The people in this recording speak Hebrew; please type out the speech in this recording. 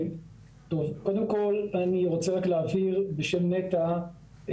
קודם כל אני רוצה רק להבהיר בשם נת"ע,